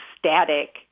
Static